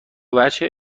وجه